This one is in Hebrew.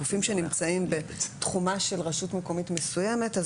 גופים שנמצאים בתחומה של רשות מקומית מסוימת,